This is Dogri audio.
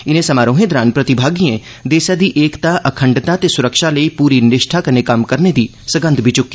इनें समारोहें दौरान प्रतिमागिएं देसै दी एकता अखंडता ते सुरक्षा लेई पूरी निष्ठा कन्नै कम्म करने दी सगंध बी चुक्की